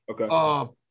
Okay